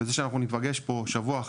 וזה שאנחנו נפגש פה שבוע,